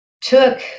took